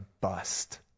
bust